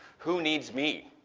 who needs me?